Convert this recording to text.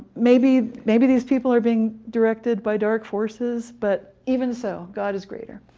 maybe. maybe these people are being directed by dark forces. but even so, god is greater.